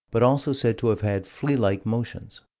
but also said to have had flea-like motions.